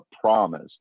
promise